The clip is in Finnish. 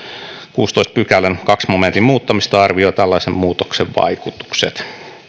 kuudennentoista pykälän toisen momentin muuttamista ja arvioi tällaisen muutoksen vaikutukset